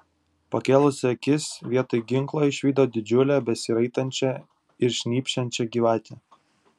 pakėlusi akis vietoj ginklo išvydo didžiulę besiraitančią ir šnypščiančią gyvatę